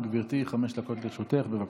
גברתי, חמש דקות לרשותך, בבקשה.